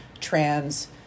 trans